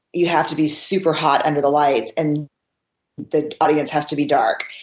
you have to be super hot under the lights and the audience has to be dark.